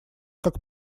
как